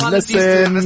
Listen